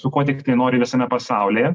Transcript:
su kuo tiktai nori visame pasaulyje